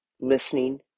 listening